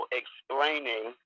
explaining